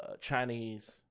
Chinese